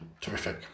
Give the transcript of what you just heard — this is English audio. Terrific